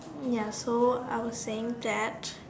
ya so I was saying that